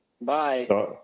Bye